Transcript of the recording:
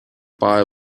buy